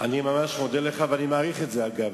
אני ממש מודה לך, ואני מעריך את זה, אגב.